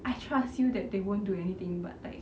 I trust you that they won't do anything but like